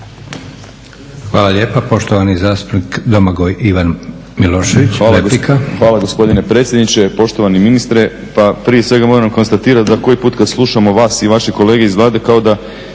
replika. **Milošević, Domagoj Ivan (HDZ)** Hvala gospodine predsjedniče. Poštovani ministre, pa prije svega moram konstatirati da koji put kad slušamo vas i vaše kolege iz Vlade kao da